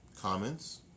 comments